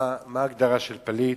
מה ההגדרה של פליט?